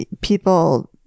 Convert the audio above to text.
people